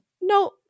no